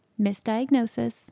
misdiagnosis